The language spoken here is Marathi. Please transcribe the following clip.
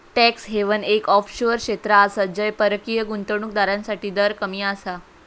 टॅक्स हेवन एक ऑफशोअर क्षेत्र आसा जय परकीय गुंतवणूक दारांसाठी दर कमी आसा